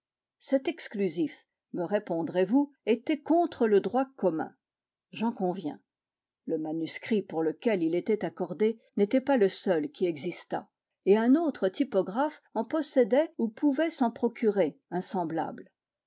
cet exclusif me répondrez-vous était contre le droit commun j'en conviens le manuscrit pour lequel il était accordé n'était pas le seul qui existât et un autre typographe en possédait ou pouvait s'en procurer un semblable